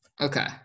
Okay